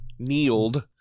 kneeled